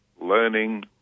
Learning